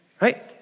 right